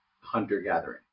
hunter-gathering